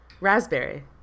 raspberry